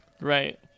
Right